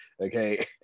okay